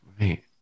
right